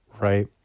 right